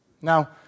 Now